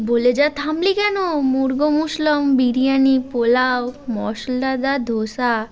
বলে যা থামলি কেন মুর্গ মুসল্লম বিরিয়ানি পোলাও মশলাদার ধোসা